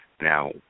Now